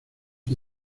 que